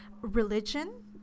religion